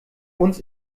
uns